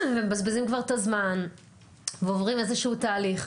ומבזבזים כבר את הזמן ועוברים איזשהו תהליך.